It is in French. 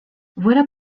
voilà